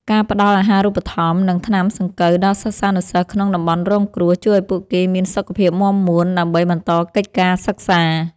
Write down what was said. ការផ្តល់អាហារូបត្ថម្ភ និងថ្នាំសង្កូវដល់សិស្សានុសិស្សក្នុងតំបន់រងគ្រោះ ជួយឱ្យពួកគេមានសុខភាពមាំមួនដើម្បីបន្តកិច្ចការសិក្សា។